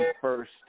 first